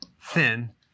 thin